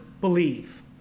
believe